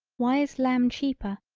why is lamb cheaper,